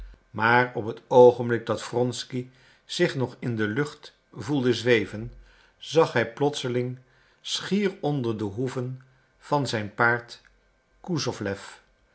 maar op het oogenblik dat wronsky zich nog in de lucht voelde zweven zag hij plotseling schier onder de hoeven van zijn paard kusowlew